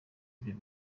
ibyo